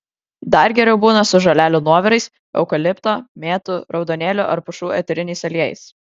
dar geriau būna su žolelių nuovirais eukalipto mėtų raudonėlių ar pušų eteriniais aliejais